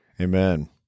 Amen